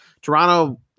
Toronto